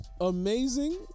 amazing